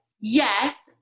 yes